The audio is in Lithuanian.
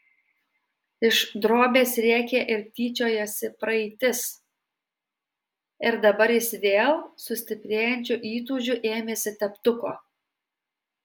iš drobės rėkė ir tyčiojosi praeitis ir dabar jis vėl su stiprėjančiu įtūžiu ėmėsi teptuko